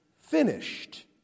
finished